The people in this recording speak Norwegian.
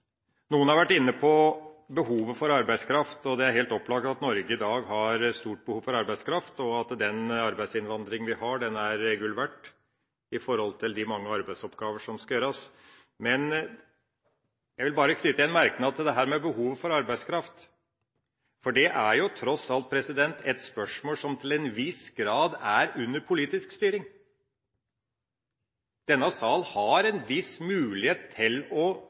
Noen har vært inne på behovet for arbeidskraft. Det er helt opplagt at Norge i dag har stort behov for arbeidskraft. Den arbeidsinnvandringa vi har, er gull verdt med tanke på de mange arbeidsoppgaver som skal gjøres. Men jeg vil knytte en merknad til dette med behovet for arbeidskraft, for det er tross alt et spørsmål som til en viss grad er under politisk styring. Denne sal har en viss mulighet til å